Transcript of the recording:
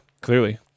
clearly